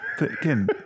again